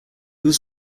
was